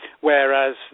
whereas